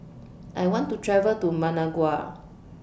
I want to travel to Managua